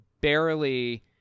barely